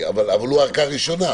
אבל הוא ערכאה ראשונה,